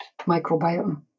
microbiome